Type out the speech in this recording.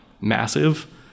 massive